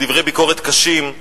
ודברי ביקורת קשים,